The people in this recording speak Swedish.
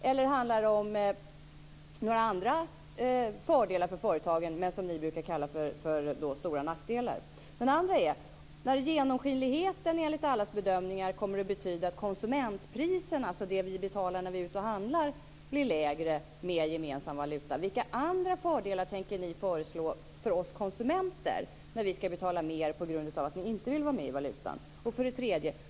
Eller handlar det om några andra fördelar för företagen - det som ni brukar kalla för stora nackdelar? När genomskinligheten enligt allas bedömningar kommer att betyda att konsumentpriserna, dvs. det som vi betalar när vi är ute och handlar, blir lägre med en gemensam valuta - vilka andra fördelar tänker Miljöpartiet föreslå för oss konsumenter när vi ska betala mer på grund av att Miljöpartiet inte vill att Sverige ska vara med i valutasamarbetet?